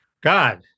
God